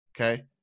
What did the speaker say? Okay